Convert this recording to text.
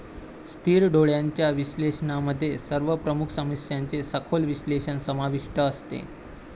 स्थिर डोळ्यांच्या विश्लेषणामध्ये सर्व प्रमुख समस्यांचे सखोल विश्लेषण समाविष्ट असते